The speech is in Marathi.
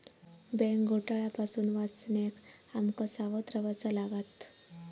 बँक घोटाळा पासून वाचण्याक आम का सावध रव्हाचा लागात